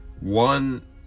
one